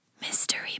Mystery